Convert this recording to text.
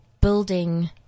building